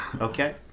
okay